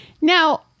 Now